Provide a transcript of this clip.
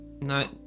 No